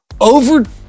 Over